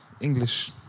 English